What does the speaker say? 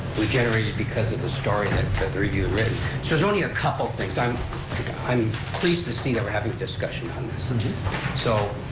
we've generated because of the story that the review had written. so, there's only a couple things, i'm i'm pleased to see that we're having a discussion on this. and so,